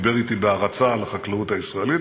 דיבר אתי בהערצה על החקלאות הישראלית,